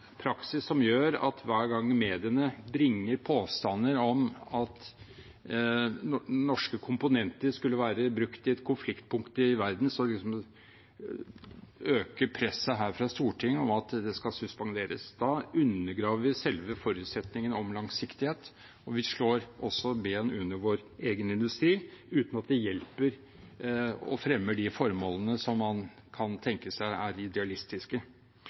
praksis som gjør at hver gang mediene bringer påstander om at norske komponenter skulle være brukt i et konfliktpunkt i verden, øker presset her fra Stortinget på at det skal suspenderes. Da undergraver vi selve forutsetningen om langsiktighet, og vi slår også ben under vår egen industri, uten at det hjelper eller fremmer de formålene som man kan tenke seg er idealistiske.